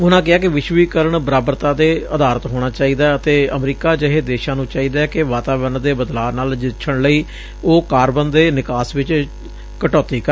ਉਨੂਾ ਕਿਹਾ ਕਿ ਵਿਸ਼ਵੀਕਰਣ ਬਰਾਬਰਤਾ ਤੇ ਆਧਾਰਿਤ ਹੋਣ ਚਾਹੀਦੈ ਅਤੇ ਅਮਰੀਕਾ ਜਹੇ ਦੇਸ਼ਾਂ ਨੂੰ ਚਾਹੀਦੈ ਕਿ ਵਾਤਾਵਰਣ ਦੇ ਬਦਲਾਅ ਨਾਲ ਨਜਿੱਠਣ ਲਈ ਉਹ ਕਾਰਬਨ ਦੇ ਨਿਕਾਸ ਚ ਕਟੌਤੀ ਕਰਨ